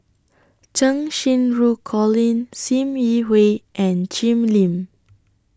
Cheng Xinru Colin SIM Yi Hui and Jim Lim